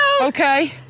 Okay